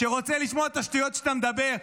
שרוצה לשמוע את השטויות שאתה מדבר.